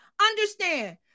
Understand